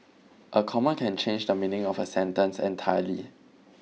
a comma can change the meaning of a sentence entirely